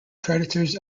predators